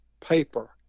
paper